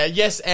yes